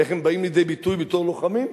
איך הם באים לידי ביטוי בתור לוחמים,